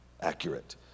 accurate